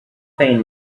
faint